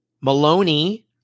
Maloney